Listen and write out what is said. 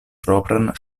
propran